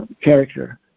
character